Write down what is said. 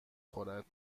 خورد